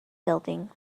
building